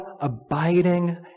abiding